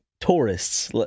tourists